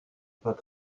pas